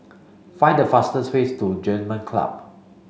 find the fastest ways to German Club